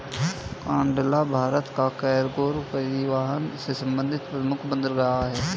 कांडला भारत का कार्गो परिवहन से संबंधित प्रमुख बंदरगाह है